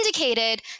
indicated